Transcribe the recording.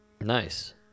Nice